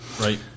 right